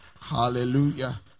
Hallelujah